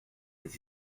les